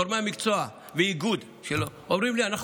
גורמי המקצוע והאיגוד שלו אומרים לי: אנחנו